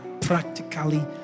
practically